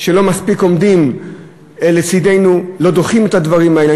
שלא מספיק עומדים לצדנו, לא דוחים את הדברים האלה.